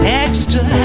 extra